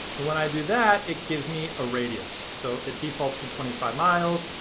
and when i do that it gives me a radius. so it defaults to twenty five miles.